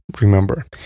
remember